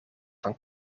van